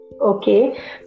Okay